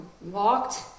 walked